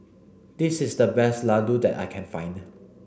this is the best Ladoo that I can find